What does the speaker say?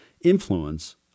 influence